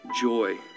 joy